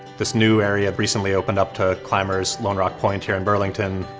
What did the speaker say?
this new area recently opened up to climbers lone rock point here in burlington.